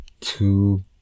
two